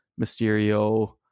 mysterio